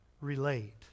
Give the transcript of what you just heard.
relate